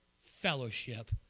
fellowship